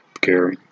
care